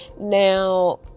Now